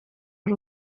ari